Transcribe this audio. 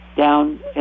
down